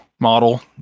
model